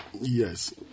Yes